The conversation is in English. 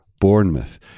Bournemouth